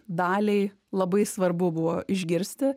daliai labai svarbu buvo išgirsti